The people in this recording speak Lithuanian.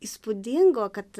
įspūdingo kad